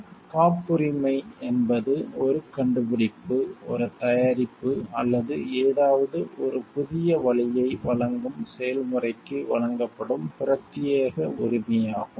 எனவே காப்புரிமை என்பது ஒரு கண்டுபிடிப்பு ஒரு தயாரிப்பு அல்லது ஏதாவது ஒரு புதிய வழியை வழங்கும் செயல்முறைக்கு வழங்கப்படும் பிரத்யேக உரிமையாகும்